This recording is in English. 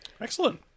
Excellent